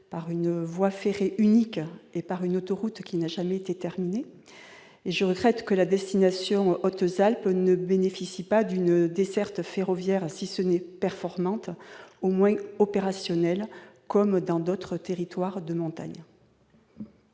par une voie ferrée unique et par une autoroute qui n'a jamais été terminée. Je regrette que la destination Hautes-Alpes ne bénéficie pas d'une desserte ferroviaire qui, à défaut d'être performante, soit au moins opérationnelle comme c'est le cas pour d'autres territoires de montagne.